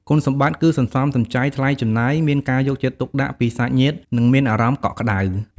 គុណសម្បត្តិគឺសន្សំសំចៃថ្លៃចំណាយ មានការយកចិត្តទុកដាក់ពីសាច់ញាតិ និងមានអារម្មណ៍កក់ក្ដៅ។